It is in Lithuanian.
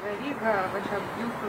veryga va čia jūsų